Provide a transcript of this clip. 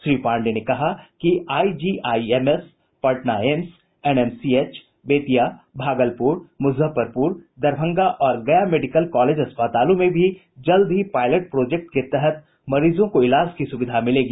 श्री पांडेय ने कहा कि IGIMS Patna AIIMS NMCH Bettiah Bhagalpur Muzaffarpur Darbhanga और गया मेडिकल कॉलेज अस्पतालों में भी जल्द ही पायलट प्रोजेक्ट के तहत मरीजों को इलाज की सुविधा मिलेगी